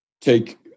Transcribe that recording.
take